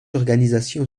organisation